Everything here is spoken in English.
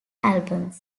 albums